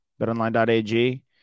betonline.ag